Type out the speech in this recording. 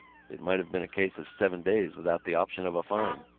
it might have been a case of seven days, without the option of a fine.